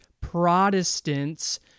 Protestants